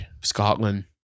scotland